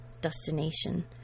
destination